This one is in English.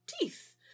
teeth